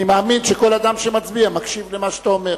אני מאמין שכל אדם שמצביע מקשיב למה שאתה אומר.